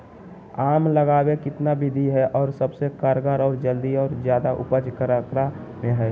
आम लगावे कितना विधि है, और सबसे कारगर और जल्दी और ज्यादा उपज ककरा में है?